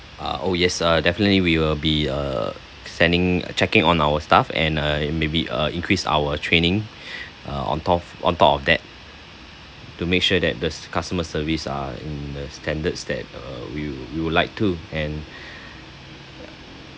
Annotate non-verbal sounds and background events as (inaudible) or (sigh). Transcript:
uh oh yes definitely we will be uh sending checking on our staff and uh maybe uh increase our training (breath) uh on top on top of that to make sure that the customer service are in the standards that uh we we would like to and